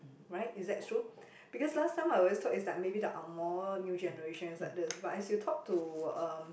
right is that true because last time I always thought is like maybe the angmoh new generation is like this as you talk to um